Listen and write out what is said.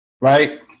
right